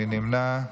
מי נמנע?